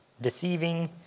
deceiving